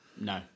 No